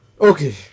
Okay